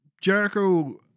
Jericho